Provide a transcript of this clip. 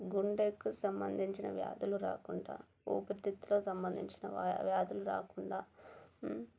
గుండెకు సంబంధించిన వ్యాధులు రాకుంటా ఊపిరితిత్తులకు సంబంధించిన వ్యాధులు రాకుండా